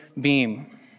beam